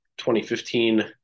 2015